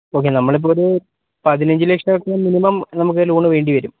okay നമ്മളിപ്പോൾ ഒരു പതിനഞ്ച് ലക്ഷമൊക്കെ മിനിമം നമുക്ക് ലോണ് വേണ്ടി വരും